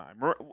time